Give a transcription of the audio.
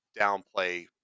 downplay